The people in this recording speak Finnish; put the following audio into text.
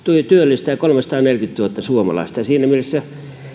työllistää kolmesataaneljäkymmentätuhatta suomalaista ja siinä mielessä